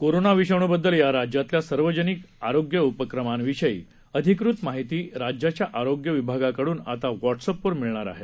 corona विषाणू बद्दल व राज्यातल्या सार्वजनिक आरोग्य उपक्रमांविषयी अधिकृत माहिती राज्याच्या आरोग्य विभागाकडून आता व्हॉट्सअपवर मिळणार आहे